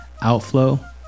outflow